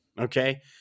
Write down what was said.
Okay